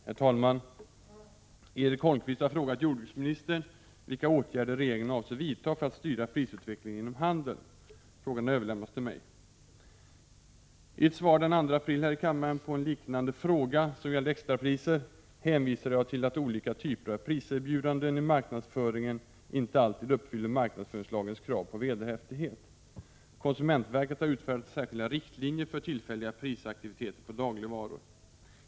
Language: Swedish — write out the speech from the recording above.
Herr talman! Erik Holmkvist har frågat jordbruksministern vilka åtgärder regeringen avser vidta för att styra prisutvecklingen inom handeln. Frågan har överlämnats till mig. I ett svar den 2 april här i kammaren på en liknande fråga som gällde extrapriser hänvisade jag till att olika typer av priserbjudanden i marknadsföringen inte alltid uppfyller marknadsföringslagens krav på vederhäftighet. Konsumentverket har utfärdat särskilda riktlinjer för tillfälliga prisaktiviteter på dagligvaror.